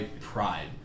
pride